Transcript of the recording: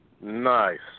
Nice